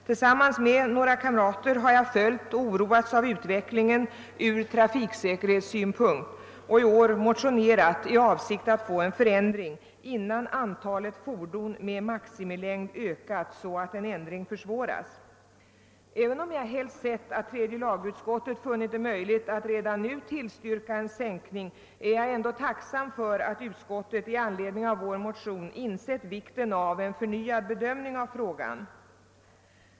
Tillsammans med några kamrater har jag följt och oroats av utvecklingen ur trafiksäkerhetssynpunkt och i år motionerat i avsikt att få en förändring, innan antalet fordon med maximilängd ökat så att en ändring försvåras. Även om jag helst sett att tredje lagutskottet funnit det möjligt att redan nu tillstyrka en minskning av fordonslängden, är jag ändå tacksam för att utskottet i samband med vårt motionspar insett vikten av en förnyad bedömning av frågan.